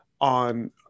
on